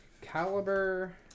Caliber